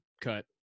cut